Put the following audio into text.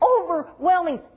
overwhelming